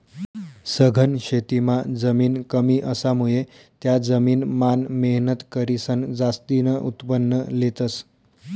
सघन शेतीमां जमीन कमी असामुये त्या जमीन मान मेहनत करीसन जास्तीन उत्पन्न लेतस